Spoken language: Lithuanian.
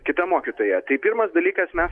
kita mokytoja tai pirmas dalykas mes